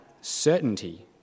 certainty